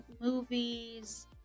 movies